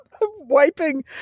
wiping